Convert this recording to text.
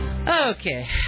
Okay